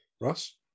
Ross